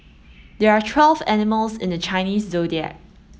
there are twelve animals in the Chinese Zodiac